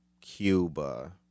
Cuba